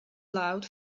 loud